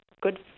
good